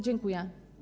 Dziękuję.